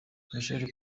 michael